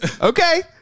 okay